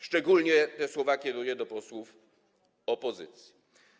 Szczególnie te słowa kieruję do posłów opozycji.